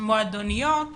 מועדוניות